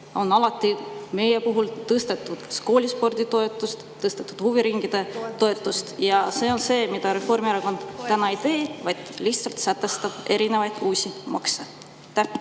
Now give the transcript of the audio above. on alati meie puhul tõstetud kas koolispordi toetust või huviringide toetust. See on see, mida Reformierakond täna ei tee, vaid lihtsalt kehtestab erinevaid uusi makse. Jaa,